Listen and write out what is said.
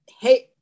Hey